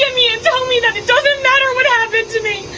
you know doesn't matter what happened to me.